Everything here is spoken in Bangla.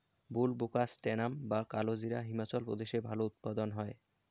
বুলবোকাস্ট্যানাম বা কালোজিরা হিমাচল প্রদেশে ভালো উৎপাদন হয়